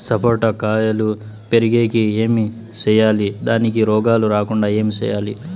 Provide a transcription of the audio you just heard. సపోట కాయలు పెరిగేకి ఏమి సేయాలి దానికి రోగాలు రాకుండా ఏమి సేయాలి?